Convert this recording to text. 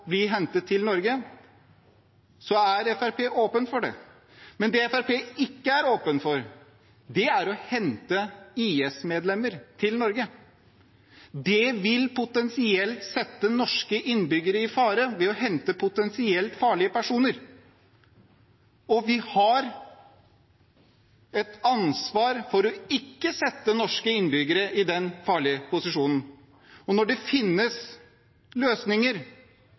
å hente IS-medlemmer til Norge. Det vil potensielt sette norske innbyggere i fare å hente potensielt farlige personer. Vi har et ansvar for ikke å sette norske innbyggere i den farlige posisjonen. Når det